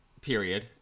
period